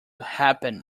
happen